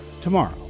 tomorrow